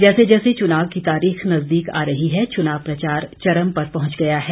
जैसे जैसे चुनाव की तारीख नजदीक आ रही है चुनाव प्रचार चरम पर पहुंच गया है